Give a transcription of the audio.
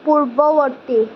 পূৰ্বৱৰ্তী